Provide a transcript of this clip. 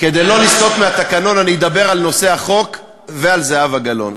כדי לא לסטות מהתקנון אני אדבר על נושא החוק ועל זהבה גלאון.